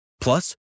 Plus